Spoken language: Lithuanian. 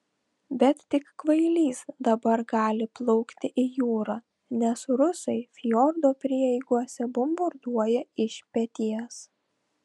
bet tik kvailys dabar gali plaukti į jūrą nes rusai fjordo prieigose bombarduoja iš peties